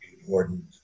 important